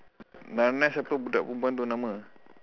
narnia siapa budak perempuan itu siapa nama